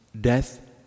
death